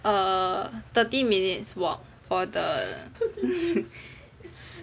thirty minutes walk for the